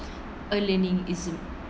uh learning is